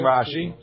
Rashi